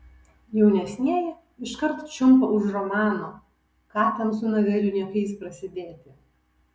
jaunesnieji iškart čiumpa už romano ką ten su novelių niekais prasidėti